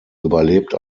überlebt